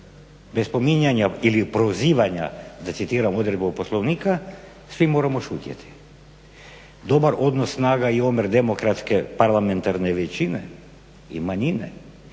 bez spominjanja ili prozivanja da citiram odredbu Poslovnika svi moramo šutjeti. Dobar odnos snaga i omjer demokratske parlamentarne većine i manjine